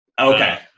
Okay